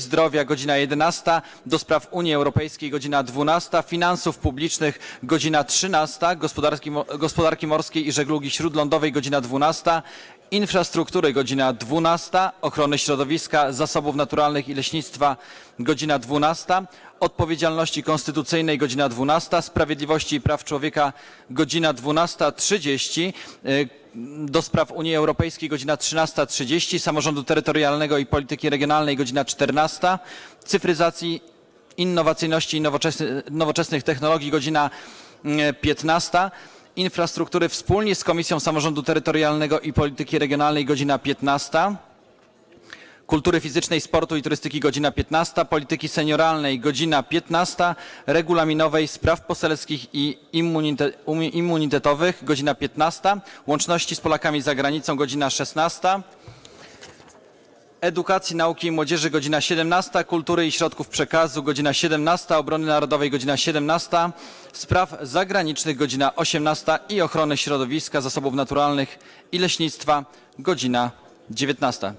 Zdrowia - godz. 11, - do Spraw Unii Europejskiej - godz. 12, - Finansów Publicznych - godz. 13, - Gospodarki Morskiej i Żeglugi Śródlądowej - godz. 12, - Infrastruktury - godz. 12, - Ochrony Środowiska, Zasobów Naturalnych i Leśnictwa - godz. 12, - Odpowiedzialności Konstytucyjnej - godz. 12, - Sprawiedliwości i Praw Człowieka - godz. 12.30, - do Spraw Unii Europejskiej - godz. 13.30, - Samorządu Terytorialnego i Polityki Regionalnej - godz. 14, - Cyfryzacji, Innowacyjności i Nowoczesnych Technologii - godz. 15, - Infrastruktury wspólnie z Komisją Samorządu Terytorialnego i Polityki Regionalnej - godz. 15, - Kultury Fizycznej, Sportu i Turystyki - godz. 15, - Polityki Senioralnej - godz. 15, - Regulaminowej, Spraw Poselskich i Immunitetowych - godz. 15, - Łączności z Polakami za Granicą - godz. 16, - Edukacji, Nauki i Młodzieży - godz. 17, - Kultury i Środków Przekazu - godz. 17, - Obrony Narodowej - godz. 17, - Spraw Zagranicznych - godz. 18, - Ochrony Środowiska, Zasobów Naturalnych i Leśnictwa - godz. 19.